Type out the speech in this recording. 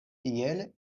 tiel